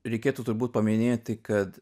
reikėtų turbūt paminėti kad